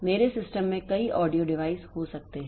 मेरे सिस्टम में कई ऑडियो डिवाइस हो सकते हैं